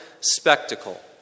spectacle